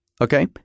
Okay